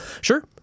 Sure